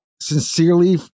sincerely